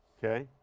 okay.